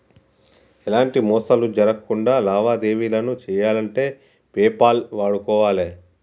ఎలాంటి మోసాలు జరక్కుండా లావాదేవీలను చెయ్యాలంటే పేపాల్ వాడుకోవాలే